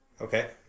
Okay